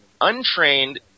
untrained